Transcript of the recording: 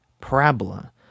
Parabola